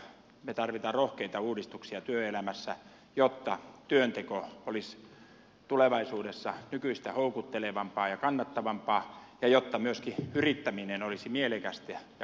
me tarvitsemme rohkeita uudistuksia työelämässä jotta työnteko olisi tulevaisuudessa nykyistä houkuttelevampaa ja kannattavampaa ja jotta myöskin yrittäminen olisi mielekästä ja kannattavaa